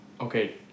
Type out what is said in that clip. okay